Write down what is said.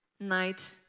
night